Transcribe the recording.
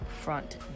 Front